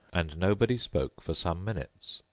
and nobody spoke for some minutes.